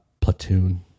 Platoon